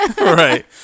right